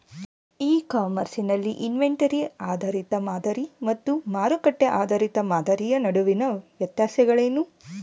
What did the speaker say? E commerce ನಲ್ಲಿ inventory ಆಧಾರಿತ ಮಾದರಿ ಮತ್ತು ಮಾರುಕಟ್ಟೆ ಆಧಾರಿತ ಮಾದರಿಯ ನಡುವಿನ ವ್ಯತ್ಯಾಸಗಳೇನು?